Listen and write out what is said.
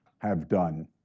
have done.